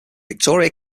victoria